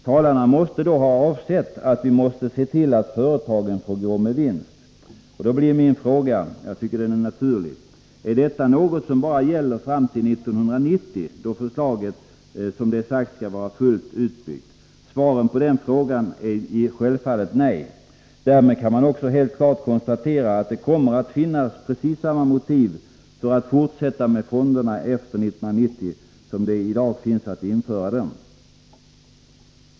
Talarna måste då ha avsett att man bör se till att företagen får gå med vinst. Då blir min fråga, som jag tycker är naturlig: Är detta någonting som bara gäller fram till 1990, då förslaget som det är sagt skall vara fullt genomfört? Svaret på den frågan är självfallet nej. Därmed kan man helt klart konstatera att det kommer att finnas precis samma motiv för att fortsätta med fonderna efter 1990 som det i dag finns för att införa dem.